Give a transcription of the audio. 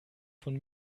von